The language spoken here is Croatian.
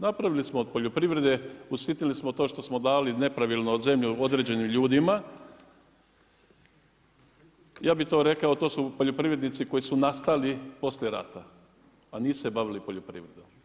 Napravili smo od poljoprivrede, usitnili smo to što smo dali nepravilno zemlju određenim ljudima, ja bi to rekao, to su poljoprivrednici koji su nastali poslije rata a nisu se bavili poljoprivredom.